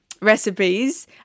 recipes